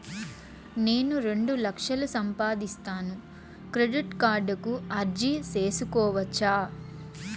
నేను రెండు లక్షలు సంపాదిస్తాను, క్రెడిట్ కార్డుకు అర్జీ సేసుకోవచ్చా?